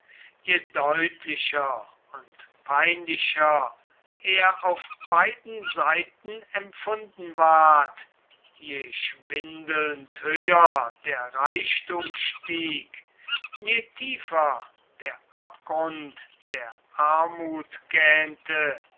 je deutlicher und peinlicher er auf beiden seiten empfunden ward je schwindelnd höher der reichtum stieg je tiefer der abgrund der armut gähnte